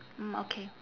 mm okay